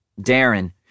Darren